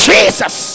Jesus